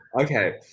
Okay